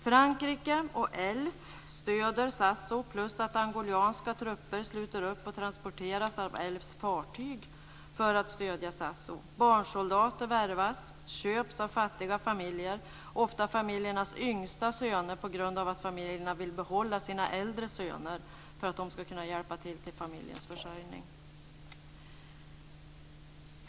Frankrike och Elf stöder Sassou-Nguesso plus att angolanska trupper sluter upp och transporteras av Elfs fartyg för att stödja Sassou-Nguesso. Barnsoldater värvas och köps av fattiga familjer. Det är ofta familjernas yngsta söner på grund av att familjerna vill behålla sina äldre söner så att de ska kunna hjälpa till med familjens försörjning.